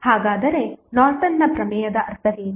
ಹಾಗಾದರೆ ನಾರ್ಟನ್ನ ಪ್ರಮೇಯದ ಅರ್ಥವೇನು